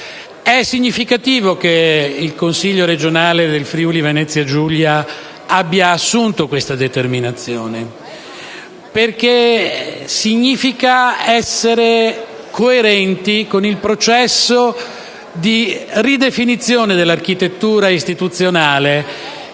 È significativo che il Consiglio Regionale del Friuli-Venezia Giulia abbia assunto questa determinazione, perché significa essere coerenti con il processo di ridefinizione dell'architettura istituzionale